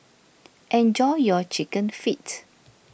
enjoy your Chicken Feet